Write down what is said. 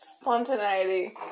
Spontaneity